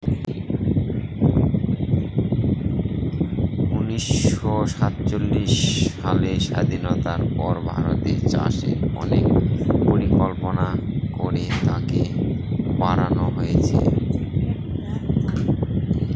উনিশশো সাতচল্লিশ সালের স্বাধীনতার পর ভারতের চাষে অনেক পরিকল্পনা করে তাকে বাড়নো হয়েছে